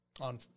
on